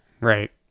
Right